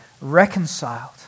reconciled